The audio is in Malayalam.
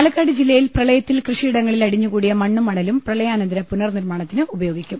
പാലക്കാട് ജില്ലയിൽ പ്രളയത്തിൽ കൃഷിയിടങ്ങളിൽ അടിഞ്ഞുകൂടിയ മണ്ണുംമണലും പ്രളയാനന്തര പുനർനിർമാണത്തിന് ഉപയോഗിക്കും